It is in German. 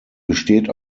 besteht